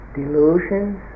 delusions